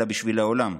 אלא בשביל העולם,